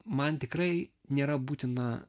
man tikrai nėra būtina